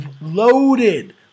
loaded